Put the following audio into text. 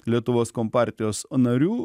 lietuvos kompartijos narių